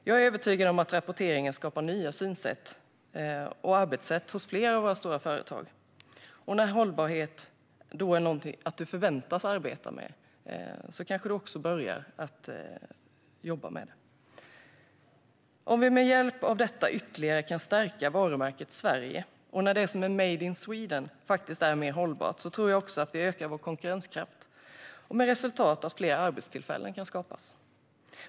Jag är övertygad om att rapporteringen skapar nya synsätt och arbetssätt hos flera av våra stora företag när hållbarhet är någonting som man förväntas arbeta med. Om vi med hjälp av detta ytterligare kan stärka varumärket Sverige och när det som är made in Sweden faktiskt är mer hållbart tror jag att vi ökar vår konkurrenskraft, med resultatet att fler arbetstillfällen kan skapas.